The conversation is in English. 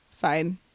fine